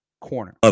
corner